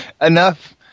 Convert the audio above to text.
enough